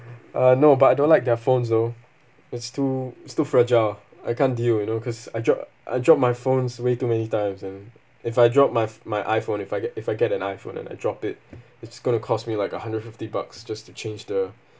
uh no but I don't like their phones though it's too it's too fragile I can't deal you know cause I drop I drop my phones way too many times and if I drop my f~ my iPhone if I get if I get an iPhone and I drop it it's going to cost me like a hundred fifty bucks just to change the